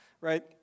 right